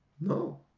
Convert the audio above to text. no